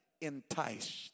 enticed